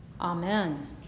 Amen